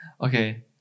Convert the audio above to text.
Okay